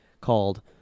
called